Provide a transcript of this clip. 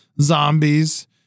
zombies